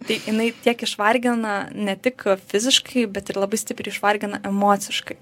tai jinai tiek išvargina ne tik fiziškai bet ir labai stipriai išvargina emociškai